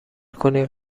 کنید